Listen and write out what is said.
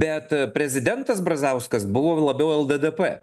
bet prezidentas brazauskas buvo labiau lddp